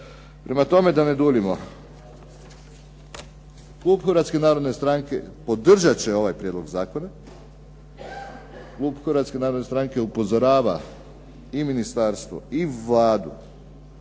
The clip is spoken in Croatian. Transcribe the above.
Prema tome, da ne duljimo, klub Hrvatske narodne stranke podržat će ovaj prijedlog zakona. Klub Hrvatske narodne stranke upozorava i ministarstvo i Vladu